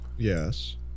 yes